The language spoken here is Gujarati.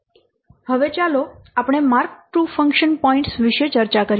હવે ચાલો આપણે માર્ક II ફંક્શન પોઇન્ટ્સ વિષે ચર્ચા કરીએ